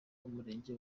umurenge